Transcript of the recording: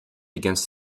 against